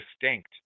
distinct